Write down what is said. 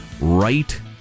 right